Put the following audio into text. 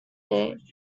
day